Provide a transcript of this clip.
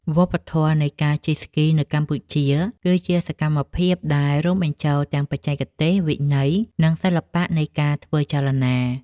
វប្បធម៌នៃការជិះក្ដារស្គីនៅកម្ពុជា គឺជាសកម្មភាពដែលរួមបញ្ចូលទាំងបច្ចេកទេស វិន័យ និងសិល្បៈនៃការធ្វើចលនា។